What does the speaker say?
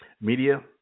media